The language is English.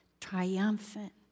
triumphant